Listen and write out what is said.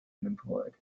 unemployed